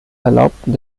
erlaubten